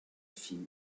film